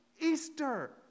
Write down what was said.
Easter